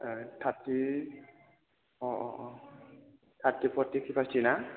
थारथि थारथि फरथि खेफासिथि ना